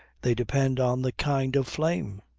they depend on the kind of flame.